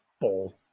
ball